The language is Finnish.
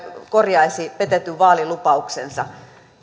korjaisi petetyn vaalilupauksensa